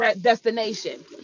destination